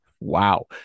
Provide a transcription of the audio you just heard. Wow